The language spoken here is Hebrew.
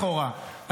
לכאורה,